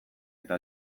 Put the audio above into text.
eta